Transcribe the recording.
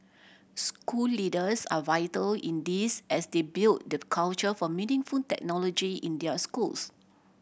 school leaders are vital in this as they build the culture for meaningful technology in their schools